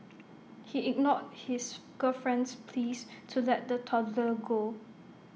he ignored his girlfriend's pleas to let the toddler go